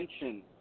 attention